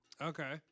okay